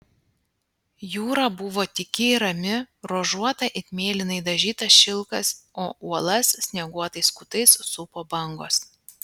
jūra buvo tyki ir rami ruožuota it mėlynai dažytas šilkas o uolas snieguotais kutais supo bangos